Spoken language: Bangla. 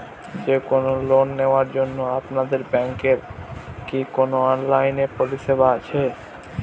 যে কোন লোন নেওয়ার জন্য আপনাদের ব্যাঙ্কের কি কোন অনলাইনে পরিষেবা আছে?